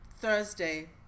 thursday